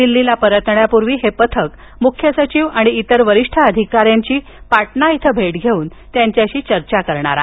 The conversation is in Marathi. दिल्लीला परतण्यापूर्वी हे पथक मुख्य सचिव आणि इतर वरिष्ठ अधिकाऱ्यांची पाटणा इथं भेट घेऊन त्यांच्याशी चर्चा करणार आहे